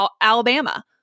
Alabama